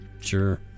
Sure